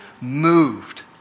moved